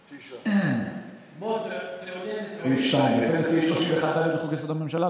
בהתאם לסעיף 31(ד) לחוק-יסוד: הממשלה,